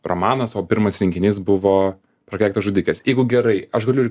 romanas o pirmas rinkinys buvo prakeiktos žudikės jeigu gerai aš galiu ir